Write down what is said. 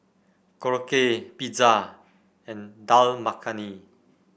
Korokke Pizza and Dal Makhani